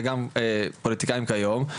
וגם פוליטיקאים כיום,